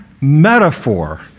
metaphor